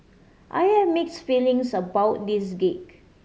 I have mix feelings about this gig